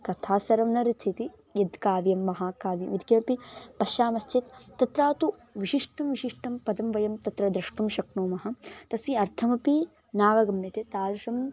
कथा सर्वं न रचयति यद् काव्यं महाकाव्यं यत्किमपि पश्यामश्चेत् तत्रा तु विशिष्टं विशिष्टं पदं वयं तत्र द्रष्टुं शक्नुमः तस्य अर्थमपि नावगम्यते तादृशं